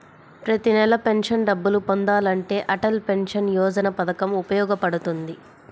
ప్రతి నెలా పెన్షన్ డబ్బులు పొందాలంటే అటల్ పెన్షన్ యోజన పథకం ఉపయోగపడుతుంది